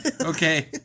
Okay